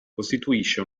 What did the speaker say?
costituisce